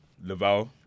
Laval